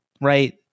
right